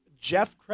Jeff